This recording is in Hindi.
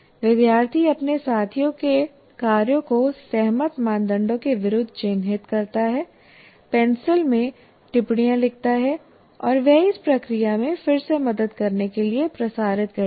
विद्यार्थी अपने साथियों के कार्यों को सहमत मानदंडों के विरुद्ध चिह्नित करता है पेंसिल में टिप्पणियाँ लिखता है और वह इस प्रक्रिया में फिर से मदद करने के लिए प्रसारित करती है